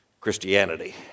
Christianity